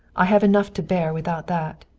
i have enough to bear without that.